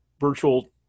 virtual